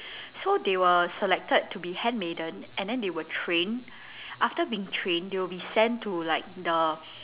so they were selected to be handmaiden and they were trained after being trained they will be sent to like the